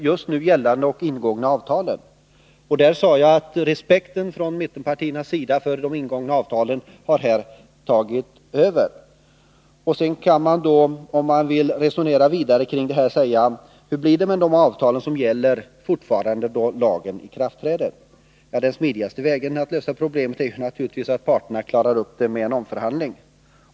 Jag sade att respekten från mittenpartiernas sida för de ingångna avtalen har tagit över. För att resonera vidare om detta kan man fråga hur det blir med de avtal som fortfarande gäller, då lagen träder i kraft. Det smidigaste sättet att lösa problemen är naturligtvis att parterna omförhandlar.